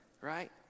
right